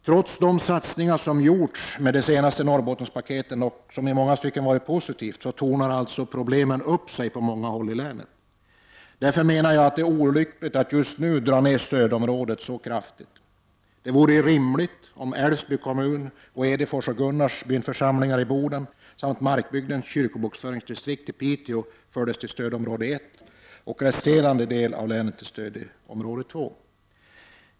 Trots satsningarna i och med det senaste Norrbottenspaketet, vilket i många stycken har varit positivt, tornar alltså problemen upp sig på många håll i länet. Därför menar jag att det är olyckligt att just nu inskränka stödområdet så kraftigt som det här talas om. Det vore rimligt om Älvsby kommun, Edefors och Gunnarsbyns församlingar i Boden samt Markbygdens kyrkobokföringsdistrikt i Piteå kunde föras till stödområde 1 och den resterande delen av länet till stödområde 2.